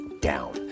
down